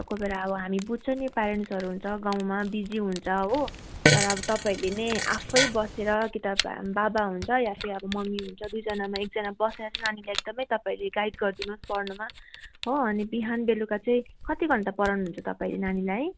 कोही बेला अब हामी बुझ्छ अब प्यारेन्ट्सहरू हुन्छ गाउँमा बिजी हुन्छ हो तर अब तपाईँहरूले नै आफै बसेर किताब बाबा हुन्छ या त मम्मी हुन्छ दुइजनामा एकजना बसेर नानीलाई एकदमै गाइड गरिदिनुहोस् पढ्नुमा हो अनि बिहान बेलुका चाहिँ कति घण्टा पढाउनु हुन्छ तपाईँले नानीलाई